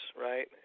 right